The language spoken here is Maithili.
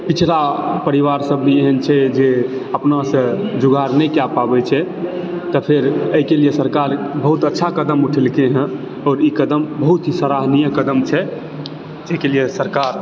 पिछड़ा परिवार सब भी एहन छै जे अपनासऽ जोगार नै कए पाबै छै तऽ फेर एहिकऽ लिए सरकार बहुत अच्छा कदम उठेलकै हें आओर ई कदम बहुत ही सराहनीय कदम छै ई के लिए सरकार